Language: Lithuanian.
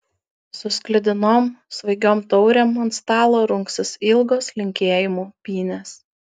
su sklidinom svaigiom taurėm ant stalo rungsis ilgos linkėjimų pynės